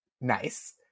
nice